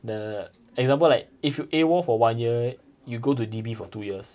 the example like if you A_W_O_L for one year you go to D_B for two years